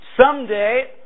Someday